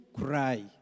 cry